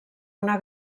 una